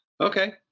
Okay